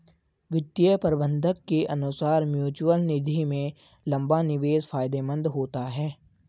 वित्तीय प्रबंधक के अनुसार म्यूचअल निधि में लंबा निवेश फायदेमंद होता है